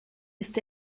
ist